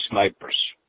snipers